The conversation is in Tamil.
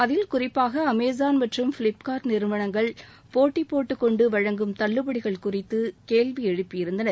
அதில் குறிப்பாக அமேசான் மற்றும் பிலிப்காட் நிறுவனங்கள் போட்டி போட்டுக்கொண்டு வழங்கும் தள்ளுபடிகள் குறித்து கேள்வி எழுப்பியிருந்தனர்